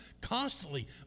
constantly